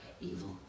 evil